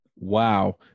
Wow